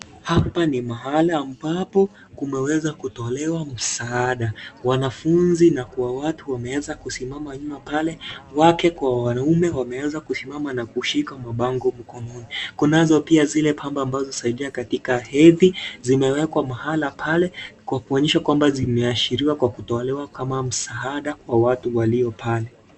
Hapa ni mahali ambapo kumeweza kutolewa msaada. Wanafunzi na Kuna watu wameweza kisimama pale. Wake kwa wanaume wameweza kisimama na kushika mabango mkononi. Kunazo pia zile pamba husaidia katika hedi zimewekwa mahali pale kwa kuonyesha kuwa zimeashiriwa kwa kutolewa kama msaada kwa watu walio pale.